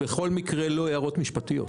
הן בכל מקרה לא הערות משפטיות,